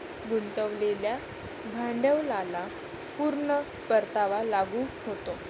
गुंतवलेल्या भांडवलाला पूर्ण परतावा लागू होतो